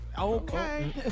Okay